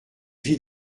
vie